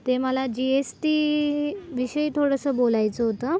ते मला G S T विषयी थोडंसं बोलायचं होतं